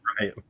Right